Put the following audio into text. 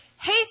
Hey